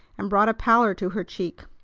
and brought a pallor to her cheek.